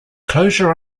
closure